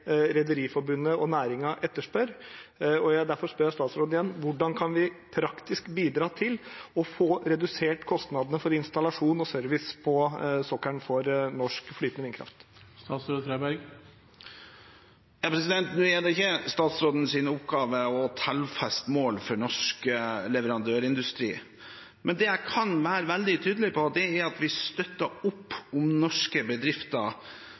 Rederiforbundet og næringen etterspør. Derfor spør jeg statsråden igjen: Hvordan kan vi praktisk bidra til å få redusert kostnadene for installasjon og service på sokkelen for norsk flytende vindkraft? Det er ikke statsrådens oppgave å tallfeste mål for norsk leverandørindustri. Men det jeg kan være veldig tydelig på, er at vi støtter opp om norske bedrifter